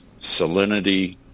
salinity